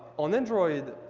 on android,